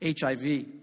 HIV